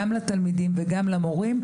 גם לתלמידים וגם למורים.